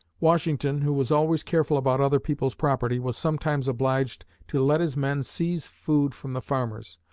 washington, who was always careful about other people's property, was sometimes obliged to let his men seize food from the farmers.